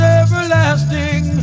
everlasting